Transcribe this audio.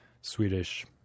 Swedish